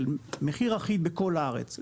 של מחיר אחיד בכל הארץ,